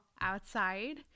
outside